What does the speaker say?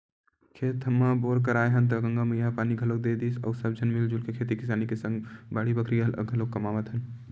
खेत म बोर कराए हन त गंगा मैया ह पानी घलोक दे दिस अउ सब झन मिलजुल के खेती किसानी के सग बाड़ी बखरी ल घलाके कमावत हन